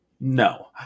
No